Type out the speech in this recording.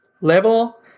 level